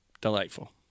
delightful